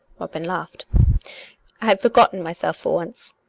robin laughed. i had forgotten myself for once.